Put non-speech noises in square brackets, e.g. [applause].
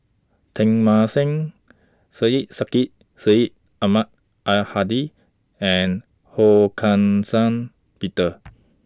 Teng Mah Seng Syed Sheikh Syed Ahmad Al Hadi and Ho [unintelligible] Peter [noise]